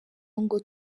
ngo